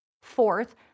Fourth